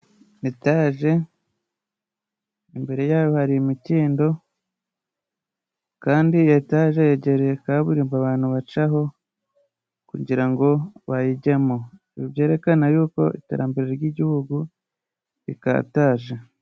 Etaje imbere yayo hari imikindo, kandi iyi Etaje yegereye kaburimbo abantu bacaho kugira ngo bayijyemo byerekana yuko iterambere ry'igihugu rikataje.